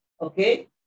okay